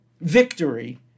victory